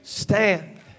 Stand